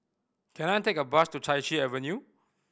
can I take a bus to Chai Chee Avenue